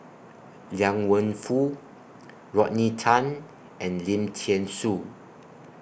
Liang Wenfu Rodney Tan and Lim Thean Soo